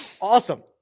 Awesome